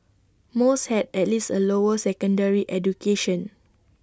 most had at least A lower secondary education